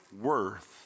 worth